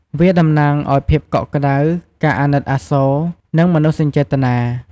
វាតំណាងឱ្យភាពកក់ក្តៅ ការអាណិតអាសូរ និងមនោសញ្ចេតនា។